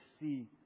see